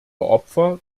opfer